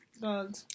god